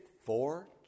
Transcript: four